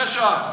אחרי שעה.